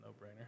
no-brainer